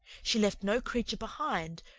she left no creature behind,